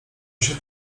się